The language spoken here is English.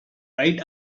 right